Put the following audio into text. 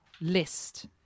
list